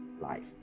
life